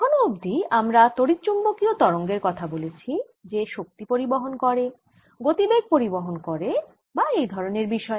এখনো অবধি আমরা তড়িৎচুম্বকীয় তরঙ্গের কথা বলেছি যে শক্তি পরিবহন করে গতিবেগ পরিবহন করে বা এই ধরণের বিষয়